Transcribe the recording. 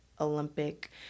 olympic